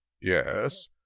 yes